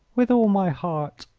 with all my heart,